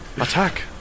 Attack